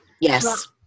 Yes